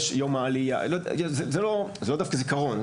זה לא דווקא זיכרון.